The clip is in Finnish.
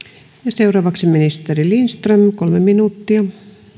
seuraavaksi ministeri lindström kolme minuuttia